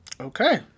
Okay